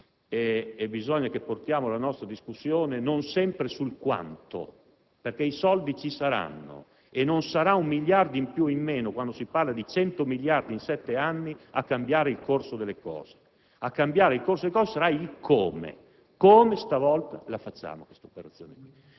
bisogna che portiamo la nostra discussione non sempre sul quanto, perché i soldi ci saranno e non sarà un miliardo in più o in meno, quando si parla di 100 miliardi di euro in sette anni, a cambiare il corso delle cose; a cambiare il corso delle cose sarà il come, come stavolta realizziamo questa operazione.